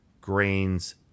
grains